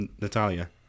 Natalia